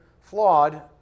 flawed